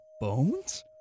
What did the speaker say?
bones